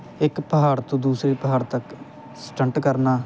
ਇੱਕ ਪਹਾੜ ਤੋਂ ਦੂਸਰੇ ਪਹਾੜ ਤੱਕ ਸਟੰਟ ਕਰਨਾ